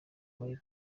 muri